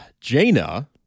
Jaina